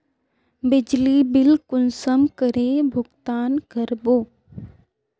बिजली बिल कुंसम करे भुगतान कर बो?